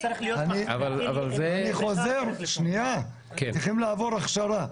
הם צריכים לעבור הכשרה,